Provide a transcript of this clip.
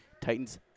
Titans